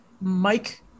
Mike